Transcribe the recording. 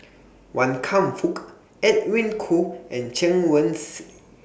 Wan Kam Fook Edwin Koo and Chen Wen Hsi